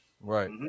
Right